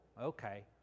Okay